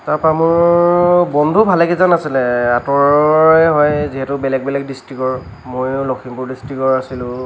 তাৰপৰা মোৰ বন্ধু ভালেকেইজন আছিলে আঁতৰৰে হয় যিহেতু বেলেগ বেলেগ ডিষ্ট্ৰিক্টৰ ময়ো লখিমপুৰ ডিষ্ট্ৰিক্টৰ আছিলোঁ